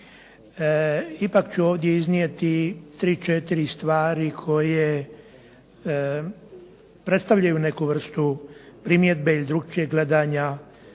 Ipak ću ovdje izreči nekoliko stvari koje predstavljaju neku vrstu primjedbe iz drukčijeg gledanja